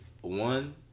one